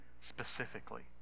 specifically